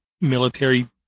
military